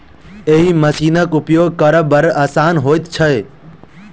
एहि मशीनक उपयोग करब बड़ आसान होइत छै